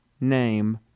name